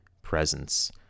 presence